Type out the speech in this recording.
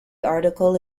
article